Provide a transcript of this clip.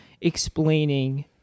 explaining